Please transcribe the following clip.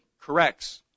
corrects